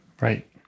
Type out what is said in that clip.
right